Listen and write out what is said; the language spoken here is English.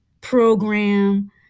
program